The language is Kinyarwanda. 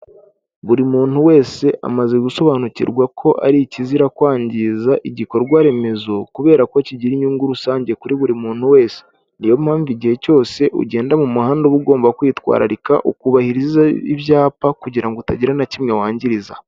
Buri muntu wese amaze gusobanukirwa ko ari ikizira kwangiza igikorwa remezo kubera ko kigira inyungu rusange kuri buri muntu wese, niyo mpamvu igihe cyose ugenda mu muhanda uba ugomba kwitwararika ukubahiriza ibyapa kugira ngo utagira na kimwe wangiza.